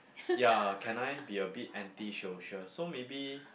ya can I be a bit anti social so maybe